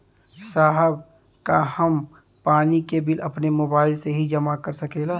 साहब का हम पानी के बिल अपने मोबाइल से ही जमा कर सकेला?